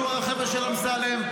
שהוא החבר'ה של אמסלם.